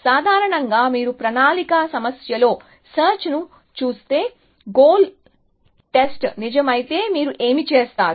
సాధారణంగా మీరు ప్రణాళిక సమస్యలో సెర్చ్ ను చూస్తే గోల్ టెస్ట్ నిజమైతే మీరు ఏమి చేస్తారు